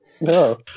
No